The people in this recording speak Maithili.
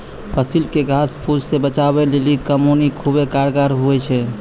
फसिल के घास फुस से बचबै लेली कमौनी खुबै कारगर हुवै छै